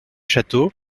château